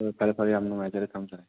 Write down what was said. ꯍꯣꯏ ꯐꯔꯦ ꯐꯔꯦ ꯌꯥꯝ ꯅꯨꯡꯉꯥꯏꯖꯔꯦ ꯊꯝꯖꯔꯦ